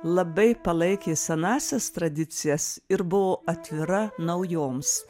labai palaikė senąsias tradicijas ir buvo atvira naujoms